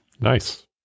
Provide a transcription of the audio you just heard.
nice